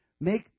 Make